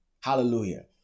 Hallelujah